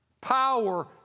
Power